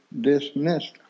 dismissed